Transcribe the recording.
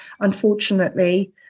unfortunately